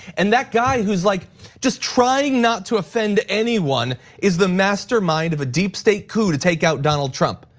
and that guy who's like just trying not to offend anyone is the mastermind of a deep state coup to take out donald trump.